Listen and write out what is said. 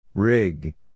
Rig